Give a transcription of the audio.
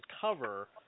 cover